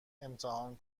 امتحان